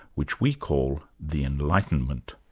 which we call the enlightenment.